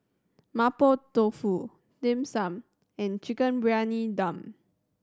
Mapo Tofu Dim Sum and Chicken Briyani Dum